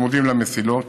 שצמודים למסילות,